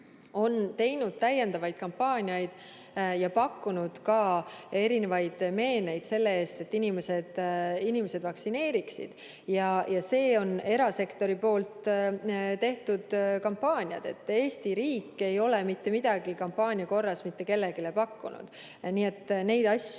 on teinud täiendavaid kampaaniaid ja pakkunud ka erinevaid meeneid selle eest, et inimesed vaktsineeriksid. Need on erasektori kampaaniad. Eesti riik ei ole mitte midagi kampaania korras mitte kellelegi pakkunud. Neid asju